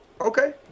Okay